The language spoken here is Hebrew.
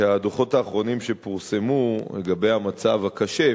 שהדוחות האחרונים שפורסמו לגבי המצב הקשה,